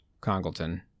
congleton